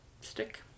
stick